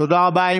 תודה רבה.